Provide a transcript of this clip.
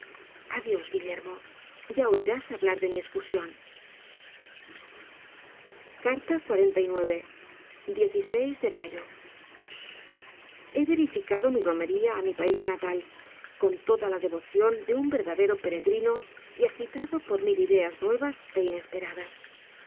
adiós guillermo ya oirás hablar de mi escursion de mayo he verificado mi romería á mi pais natal con toda la devoción de un verdadero peregrino y agitado por mil ideas nuevas é inesperadas